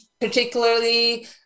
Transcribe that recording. particularly